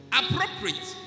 appropriate